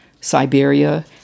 Siberia